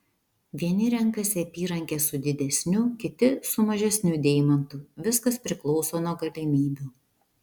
vieni renkasi apyrankę su didesniu kiti su mažesniu deimantu viskas priklauso nuo galimybių